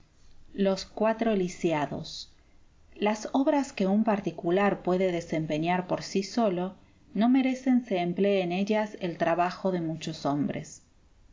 los cuatro lisiados las obras que un particular puede desempeñar por sí solo no merecen se emplee en ellas el trabajo de muchos hombres